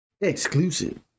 Exclusive